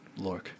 lork